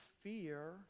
fear